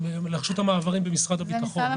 לרשות המעברים במשרד הביטחון.